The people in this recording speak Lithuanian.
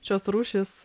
šios rūšys